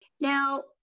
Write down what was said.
Now